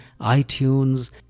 iTunes